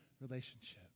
relationship